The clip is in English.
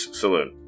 saloon